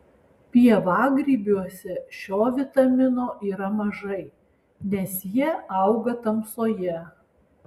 pievagrybiuose šio vitamino yra mažai nes jie auga tamsoje